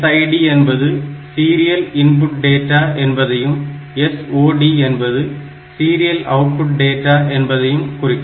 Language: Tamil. SID என்பது Serial Input Data என்பதையும் SOD என்பது Serial Output Data என்பதையும் குறிக்கும்